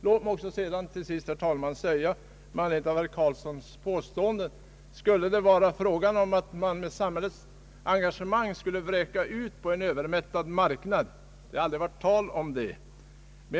Låt mig till sist, herr talman, med anledning av herr Carlssons påstående att man med samhällets engagemang kanske skulle vräka ut virke på en övermättad marknad säga, att något sådant aldrig varit på tal.